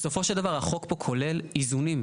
בסופו של דבר, החוק פה כולל איזונים.